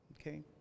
Okay